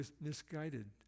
misguided